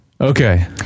okay